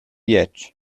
edge